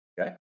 okay